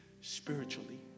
spiritually